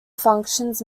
functions